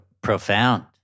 profound